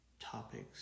topics